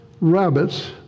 rabbits